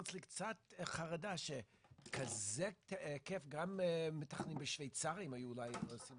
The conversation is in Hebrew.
אצלי קצת חרדה שבכזה היקף גם המתכננים השוויצרים היו אולי עושים